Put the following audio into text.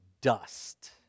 dust